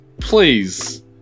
Please